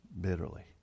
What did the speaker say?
bitterly